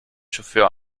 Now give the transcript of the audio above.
chauffeur